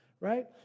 right